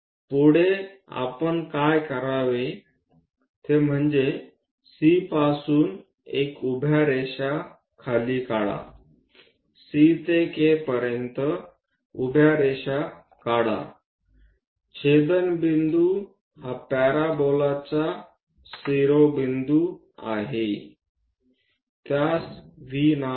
पुढे आपण काय करावे ते म्हणजे C पासून एक उभ्या रेषा खाली काढा C ते K पर्यंत उभ्या रेषा काढा छेदनबिंदू हा पॅराबोलाचा शिरोबिंदू आहे त्यास V नाव देऊ